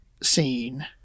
scene